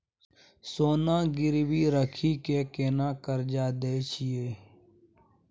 सोना गिरवी रखि के केना कर्जा दै छियै?